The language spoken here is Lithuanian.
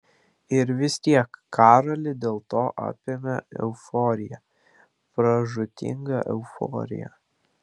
ir vis tiek karolį dėl to apėmė euforija pražūtinga euforija